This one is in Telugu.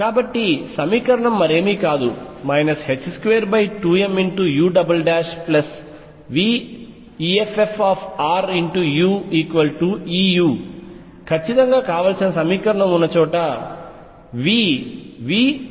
కాబట్టి సమీకరణం మరేమీ కాదు 22m uveffuEu ఖచ్చితంగా కావలసిన సమీకరణం ఉన్న చోట vveffrVrll122mr2